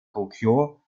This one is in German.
tokio